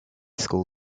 school